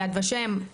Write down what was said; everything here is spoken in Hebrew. ביד ושם,